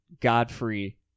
Godfrey